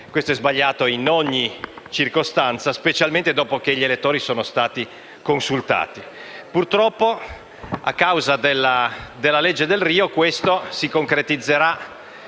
cosa è sbagliata in ogni circostanza, a maggior ragione dopo che gli elettori sono stati consultati. Purtroppo, a causa della legge Delrio questo si concretizzerà